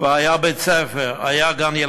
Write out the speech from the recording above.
כבר היה בית-ספר, היה גן-ילדים,